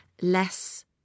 less